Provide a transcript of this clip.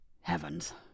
Heavens